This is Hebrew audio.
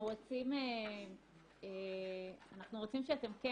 אנחנו רוצים שאתם כן